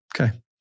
Okay